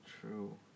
True